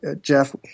Jeff